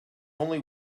only